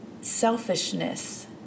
selfishness